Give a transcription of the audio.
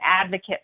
advocate